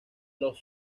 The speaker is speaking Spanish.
los